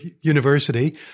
university